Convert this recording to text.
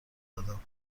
دادم